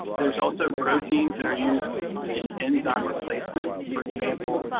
there's also proteins that are used in enzyme replacement. for example,